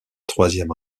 troisième